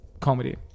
comedy